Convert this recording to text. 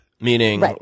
Meaning